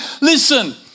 Listen